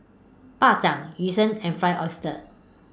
Bak Chang Yu Sheng and Fried Oyster